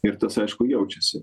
ir tas aišku jaučiasi